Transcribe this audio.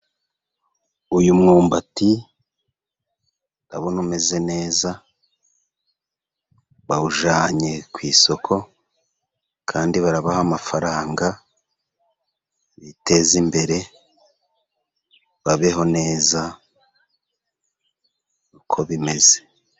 Uyu mwumbati ndabona umeze neza, bawujyanye ku isoko, kandi barabaha amafaranga, bitezembere, babeho neza, uko bimeze.